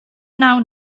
wnawn